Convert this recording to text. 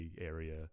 area